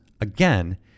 again